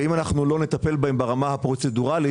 וצריך לטפל בהם ברמה הפרוצדוראלית.